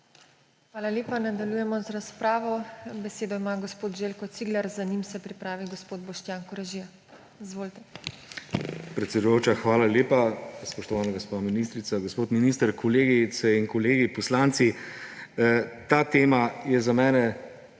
Hvala lepa. Nadaljujemo z razpravo. Besedo ima gospod Željko Cigler. Za njim se pripravi gospod Boštjan Koražija. Izvolite. ŽELJKO CIGLER (PS SD): Predsedujoča, hvala lepa. Spoštovana gospa ministrica, gospod minister, kolegice in kolegi poslanci! Ta tema je za mene